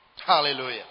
Hallelujah